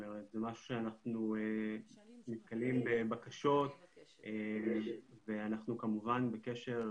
זה משהו שאנחנו נתקלים בבקשות ואנחנו כמובן בקשר